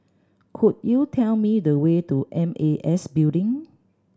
could you tell me the way to M A S Building